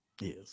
Yes